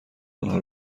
آنها